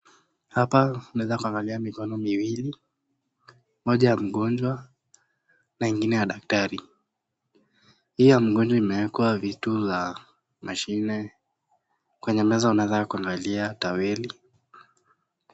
Hapa naweza kuangalia mikono miwili, moja ya mgonjwa na ingine ya daktari. Hii ya mgonjwa imewekwa vitu la mashine kwenye meza tunaweza kuangalia toweli .